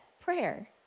prayer